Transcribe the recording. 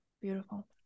Beautiful